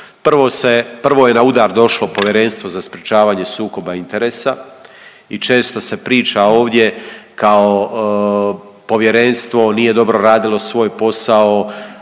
prvo je na udar došlo Povjerenstvo za sprječavanje sukoba interesa i često se priča ovdje kao povjerenstvo nije dobro radilo svoj posao,